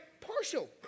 partial